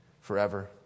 forever